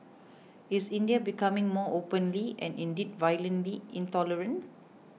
is India becoming more openly and indeed violently intolerant